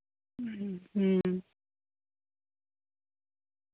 ᱦᱩᱸ